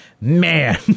man